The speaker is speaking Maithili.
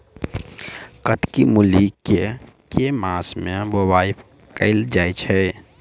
कत्की मूली केँ के मास मे बोवाई कैल जाएँ छैय?